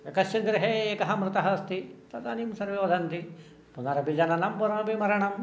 कश्चित् गृहे एकः मृतः अस्ति तदानीं सर्वे वदन्ति पुनरपि जननं पुनरपि मरणं